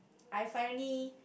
I finally